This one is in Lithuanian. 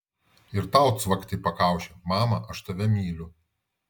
ir tau cvakt į pakaušį mama aš tave myliu